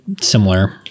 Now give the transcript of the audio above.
similar